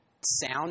sound